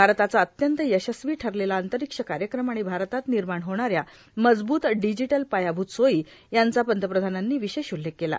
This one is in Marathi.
भारताचा अत्यंत यशस्वी ठरलेला अंतरीक्ष कार्यक्रम आणि भारतात निर्माण होणाऱ्या मजबूत डिजिटल पायाभूत सोई यांचा पंतप्रधानांनी विशेष उल्लेख केला